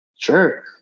Sure